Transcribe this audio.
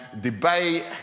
debate